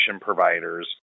providers